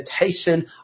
meditation